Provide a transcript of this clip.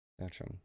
Gotcha